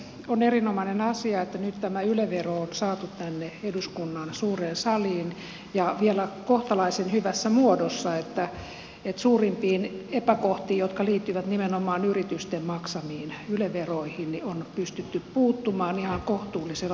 on erinomainen asia että nyt tämä yle vero on saatu tänne eduskunnan suureen saliin ja vielä kohtalaisen hyvässä muodossa niin että suurimpiin epäkohtiin jotka liittyvät nimenomaan yritysten maksamiin yle veroihin on pystytty puuttumaan ihan kohtuullisella tavalla